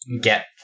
get